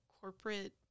corporate